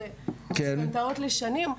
זה משכנתאות לשנים,